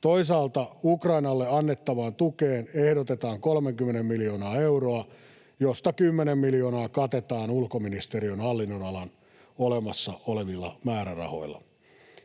Toisaalta Ukrainalle annettavaan tukeen ehdotetaan 30 miljoonaa euroa, josta 10 miljoonaa katetaan ulkoministeriön hallinnonalan olemassa olevilla määrärahoilla.